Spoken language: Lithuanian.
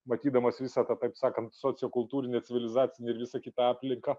matydamas visą tą taip sakant sociokultūrinę civilizacinę ir visą kitą aplinką